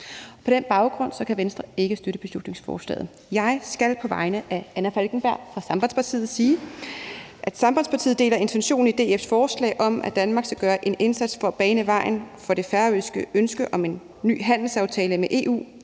På den baggrund kan Venstre ikke støtte beslutningsforslaget. Jeg skal på vegne af Anna Falkenberg fra Sambandspartiet sige, at Sambandspartiet deler intentionen i DF's forslag om, at Danmark skal gøre en indsats for at bane vejen for det færøske ønske om en ny handelsaftale med EU.